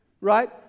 Right